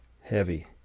heavy